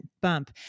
bump